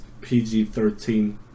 pg-13